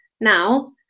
now